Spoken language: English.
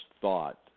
thought